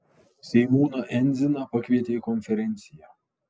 seimūną endziną pakvietė į konferenciją